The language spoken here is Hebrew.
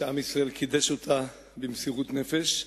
שעם ישראל קידש אותה במסירות נפש,